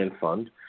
Fund